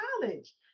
college